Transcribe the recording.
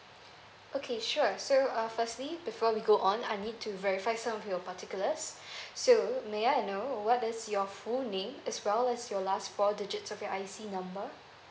okay sure so uh firstly before we go on I need to verify some of your particulars so may I know what is your full name as well as your last four digits of your I_C number